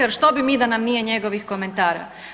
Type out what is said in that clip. Jer što bi mi da nam nije njegovih komentara?